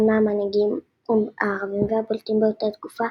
אחד מהמנהיגים הערבים הבולטים באותה תקופה,